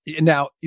now